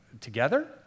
together